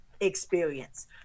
experience